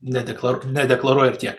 nedeklar nedeklaruoji ir tiek